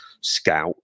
scout